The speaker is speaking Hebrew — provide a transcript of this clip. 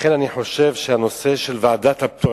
לכן אני חושב שהנושא של ועדת הפטור,